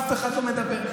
אף אחד לא מדבר.